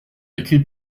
écrit